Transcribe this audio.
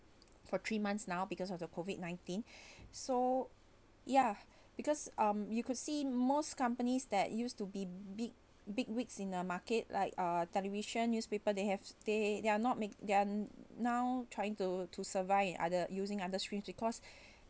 for three months now because of the COVID nineteen so ya because um you could see most companies that used to be big big wigs in the market like uh television newspaper they have they they are not make they are now trying to to survive in other using other streams because